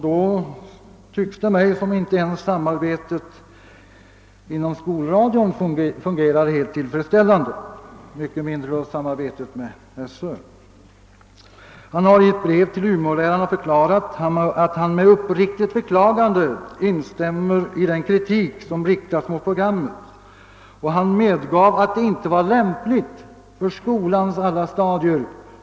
Då tycks det mig som om inte ens samarbetet inom skolradion fungerar tillfredsställande, än mindre då samarbetet med Sö. Han har i ett brev till lärarna i Umeå förklarat, att han med uppriktigt beklagande instämmer i den kritik som riktats mot programmet, och han har medgivit att detta inte varit lämpligt för skolans alla stadier.